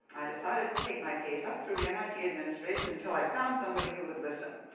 i decided to take my case up through the mit administration until i found somebody who would listen.